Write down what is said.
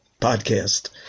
podcast